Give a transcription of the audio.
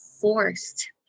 forced